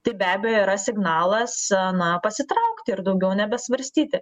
tai be abejo yra signalas na pasitraukti ir daugiau nebesvarstyti